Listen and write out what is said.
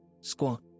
squat